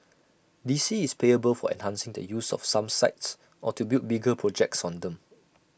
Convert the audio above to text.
D C is payable for enhancing the use of some sites or to build bigger projects on them